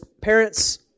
parents